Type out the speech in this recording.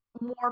more